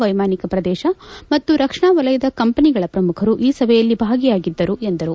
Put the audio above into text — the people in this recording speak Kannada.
ವೈಮಾನಿಕ ಪ್ರದೇಶ ಮತ್ತು ರಕ್ಷಣಾ ವಲಯದ ಕಂಪನಿಗಳ ಪ್ರಮುಖರು ಈ ಸಭೆಯಲ್ಲಿ ಭಾಗಿಯಾಗಿದ್ದರು ಎಂದರು